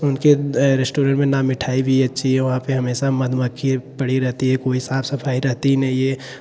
उनके रेस्टोरेंट में न मिठाई भी अच्छी है वहाँ पर हमेशा मधुमक्खी पड़ी रहती है कोई साफ़ सफ़ाई रहती नहीं है